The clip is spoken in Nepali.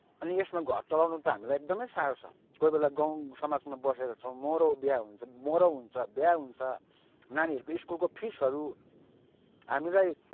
अनि यसमा घर चलाउन त हामीलाई एकदमै साह्रो छ कोहीबेला गाउँ समाजमा बसेका छौँ मराउ बिहे हुन्छ मराउ हुन्छ बिहे हुन्छ नानीहरूको स्कुलको फिसहरू हामीलाई